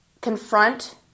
confront